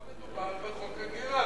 לא מדובר בחוק הגירה,